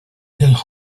his